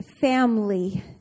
family